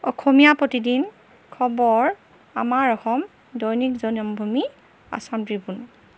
অসমীয়া প্ৰতিদিন খবৰ আমাৰ অসম দৈনিক জনমভূমি আচাম ট্ৰিবিউন